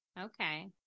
Okay